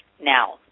Now